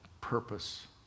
purpose